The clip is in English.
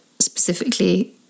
specifically